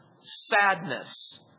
sadness